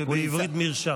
בעברית: מרשם.